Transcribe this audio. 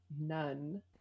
none